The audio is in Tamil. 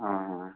ஆ ஆ